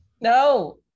No